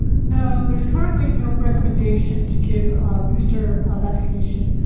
and no, there is currently no recommendation to give a booster vaccination.